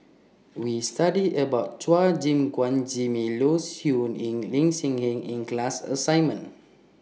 We studied about Chua Gim Guan Jimmy Low Siew Nghee and Lee Hee Seng in The class assignment